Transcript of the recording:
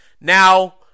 Now